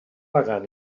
pagar